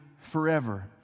forever